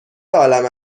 عالم